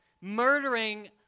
murdering